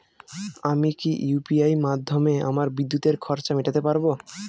আমি কি ইউ.পি.আই মাধ্যমে আমার বিদ্যুতের খরচা মেটাতে পারব?